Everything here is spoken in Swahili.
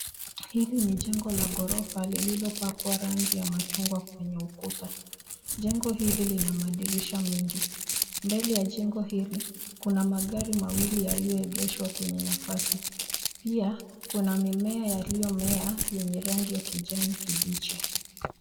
Hili ni jengo la ghorofa lililopakwa rangi ya machungwa kwenye ukuta. Jengo hili lina madirisha mengi. Mbele ya jengo hili kuna magari mawili yaliyoegeshwa kwenye nafasi pia kuna mimea yaliyomea yenye rangi ya kijani kibichi.